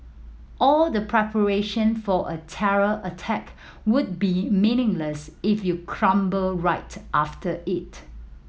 all the preparation for a terror attack would be meaningless if you crumble right after it